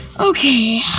Okay